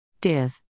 Div